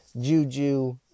Juju